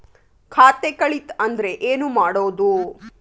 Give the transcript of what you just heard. ಖಾತೆ ಕಳಿತ ಅಂದ್ರೆ ಏನು ಮಾಡೋದು?